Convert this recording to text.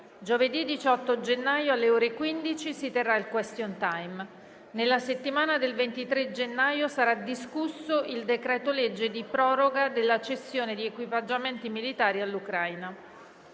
Giovedì 18 gennaio, alle ore 15, si terrà il *question time*. Nella settimana del 23 gennaio sarà discusso il decreto-legge di proroga della cessione di equipaggiamenti militari all'Ucraina.